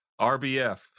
RBF